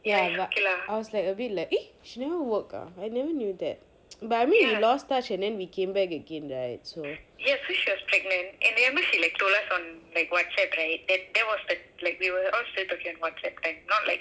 ya and I was like a bit like a new work ah I never knew that but I mean if you lost touch and then we came back again right so like like like